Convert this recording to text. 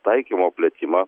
taikymo plėtimą